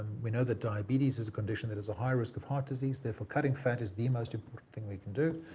we know that diabetes is a condition that has a high risk of heart disease. therefore, cutting fat is the most important thing we can do.